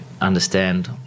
understand